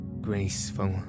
graceful